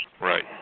Right